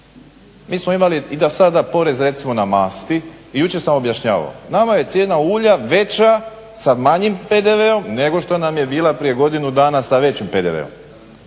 Mi smo imali, i da sada porez recimo na masti, jučer sam objašnjavao, nama je cijela ulja veća sa manjim PDV-om, nego što nam je bila prije godinu dana sa većim PDV-om.